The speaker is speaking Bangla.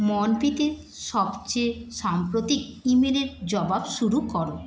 মনপীতের সবচেয়ে সাম্প্রতিক ইমেলের জবাব শুরু কর